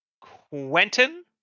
Quentin